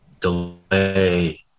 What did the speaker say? delay